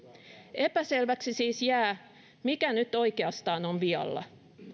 epäselväksi siis jää mikä nyt oikeastaan on vialla